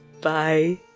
Bye